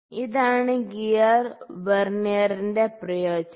ഇതാണ് ഗിയർ വെർനിയറിന്റെ പ്രയോഗം